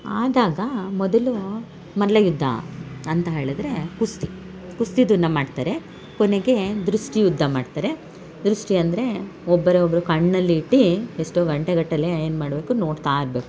ಆದಾಗ ಮೊದಲು ಮಲ್ಲಯುದ್ಧ ಅಂತ ಹೇಳಿದ್ರೆ ಕುಸ್ತಿ ಕುಸ್ತಿದನ್ನು ಮಾಡ್ತಾರೆ ಕೊನೆಗೆ ದೃಷ್ಟಿ ಯುದ್ಧ ಮಾಡ್ತಾರೆ ದೃಷ್ಟಿ ಅಂದರೆ ಒಬ್ಬರ ಒಬ್ಬರು ಕಣ್ಣಲ್ಲಿ ಇಟ್ಟು ಎಷ್ಟೋ ಗಂಟೆಗಟ್ಟಲೆ ಏನು ಮಾಡಬೇಕು ನೋಡ್ತಾ ಇರಬೇಕು